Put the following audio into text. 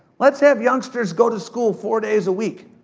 let's have youngsters go to school four days a week.